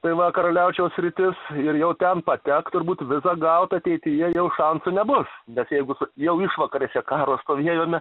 tai va karaliaučiaus sritis ir jau ten patekt turbūt vizą gaut ateityje jau šansų nebus nes jeigu jau išvakarėse karo stovėjome